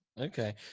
Okay